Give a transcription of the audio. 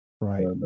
Right